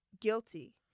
guilty